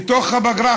בתוך הפגרה,